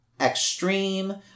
Extreme